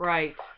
Right